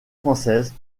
française